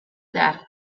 dark